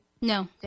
No